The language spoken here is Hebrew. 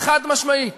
חד-משמעית